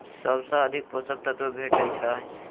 सबसँ अधिक पोसक तत्व भेटय छै?